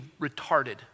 retarded